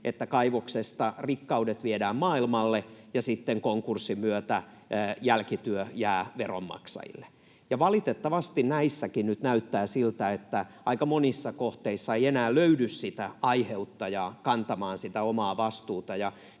että kaivoksesta rikkaudet viedään maailmalle ja sitten konkurssin myötä jälkityö jää veronmaksajille, ja valitettavasti näissäkin nyt näyttää siltä, että aika monissa kohteissa ei enää löydy sitä aiheuttajaa kantamaan sitä omaa vastuuta.